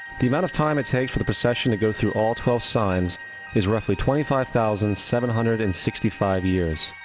the amount of time that it takes for the precession to go through all twelve signs is roughly twenty five thousand seven hundred and sixty five years.